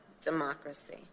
democracy